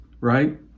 right